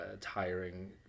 tiring